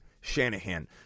Shanahan